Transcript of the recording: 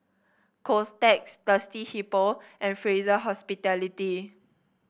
Kotex Thirsty Hippo and Fraser Hospitality